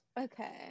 Okay